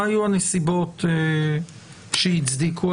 מה היו הנסיבות שהצדיקו?